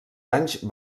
anys